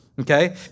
Okay